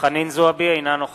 (קורא בשמות חברי הכנסת) חנין זועבי, אינה נוכחת